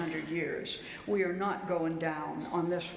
hundred years we are not going down on this